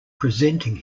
presenting